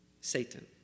Satan